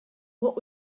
what